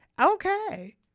okay